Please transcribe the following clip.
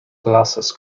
glasses